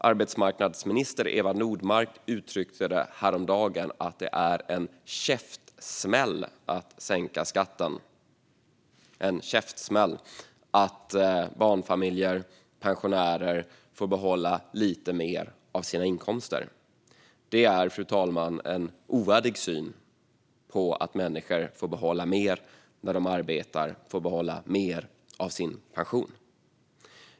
Arbetsmarknadsminister Eva Nordmark uttryckte häromdagen att det är en käftsmäll att sänka skatten, alltså en käftsmäll att barnfamiljer och pensionärer får behålla lite mer av sina inkomster. Det, fru talman, är en ovärdig syn på att människor får behålla mer när de arbetar och får behålla mer av sin pension.